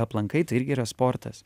aplankai tai irgi yra sportas